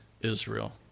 Israel